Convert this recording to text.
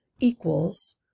equals